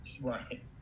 right